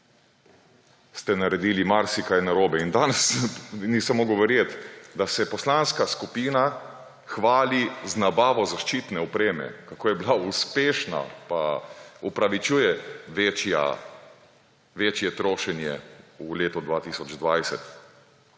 ste naredili marsikaj narobe. Danes nisem mogel verjeti, da se poslanska skupina hvali z nabavo zaščitne opreme, kako je bila uspešna, pa upravičuje večje trošenje v letu 2020.